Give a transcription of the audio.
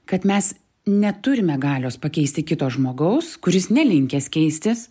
kad mes neturime galios pakeisti kito žmogaus kuris nelinkęs keistis